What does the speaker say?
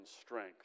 strength